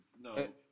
No